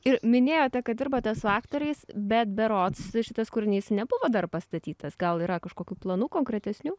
ir minėjote kad dirbate su aktoriais bet berods šitas kūrinys nebuvo dar pastatytas gal yra kažkokių planų konkretesnių